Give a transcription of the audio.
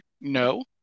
No